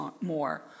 more